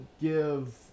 give